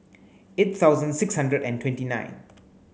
eight thousand six hundred and twenty nine